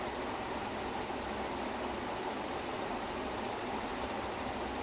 like it it did not go well at all and like the entire plot just felt weird